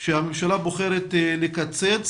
שהממשלה בוחרת לקצץ